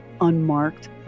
unmarked